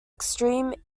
extreme